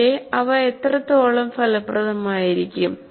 പക്ഷേ അത് എന്താണെന്ന് നമ്മൾ ഇപ്പോൾ കാണും അവ എത്രത്തോളം ഫലപ്രദമായിരിക്കും